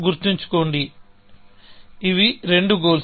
గుర్తుంచుకోండి ఇవి రెండు గోల్స్